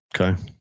Okay